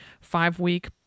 Five-week